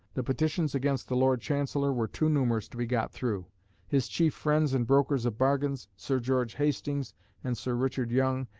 the petitions against the lord chancellor were too numerous to be got through his chief friends and brokers of bargains, sir george hastings and sir richard young,